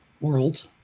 world